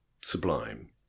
Sublime